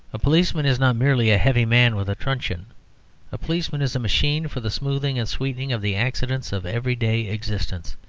a policeman is not merely a heavy man with a truncheon a policeman is a machine for the smoothing and sweetening of the accidents of everyday existence.